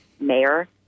mayor